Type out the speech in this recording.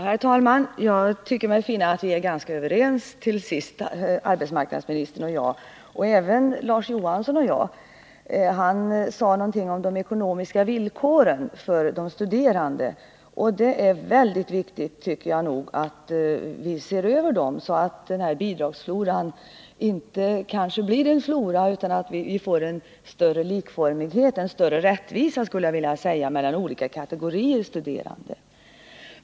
Herr talman! Jag tycker mig finna att arbetsmarknadsministern och jag till sist är ganska överens, och det är även Larz Johansson och jag. Han berörde de ekonomiska villkoren för de studerande, och det är mycket viktigt att vi ser över dem, så att alla de här bidragen inte blir en flora utan att vi får större likformighet och större rättvisa mellan olika kategorier studerande.